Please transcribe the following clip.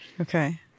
Okay